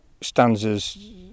stanzas